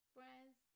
Friends